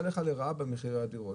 לרעה במחירי הדירות.